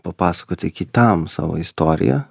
papasakoti kitam savo istoriją